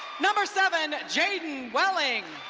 number seven, jadyn welling,